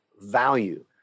value